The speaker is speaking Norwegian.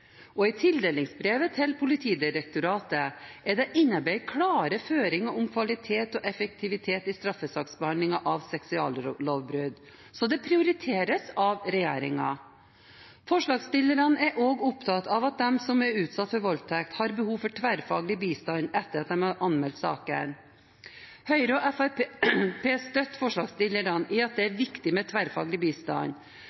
og i tildelingsbrevet til Politidirektoratet er det innarbeidet klare føringer om kvalitet og effektivitet i straffesaksbehandlingen av seksuallovbrudd. Så det prioriteres av regjeringen. Forslagsstillerne er også opptatt av at de som er utsatt for voldtekt, har behov for tverrfaglig bistand etter at de har anmeldt saken. Høyre og Fremskrittspartiet støtter forslagsstillerne i at det er